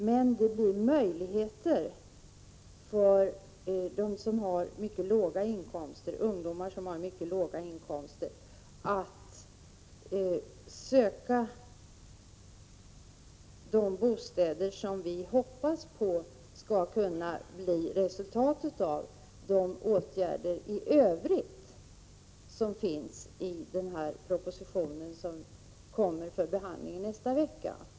Men de ger ändå möjligheter för ungdomar som har mycket låga inkomster att efterfråga de bostäder som vi hoppas skall kunna bli resultatet av de åtgärder som föreslås i propositionen om bostäder åt unga, vilken kommer upp till behandling nästa vecka.